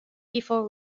before